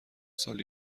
سال